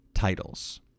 Titles